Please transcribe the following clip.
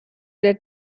der